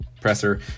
presser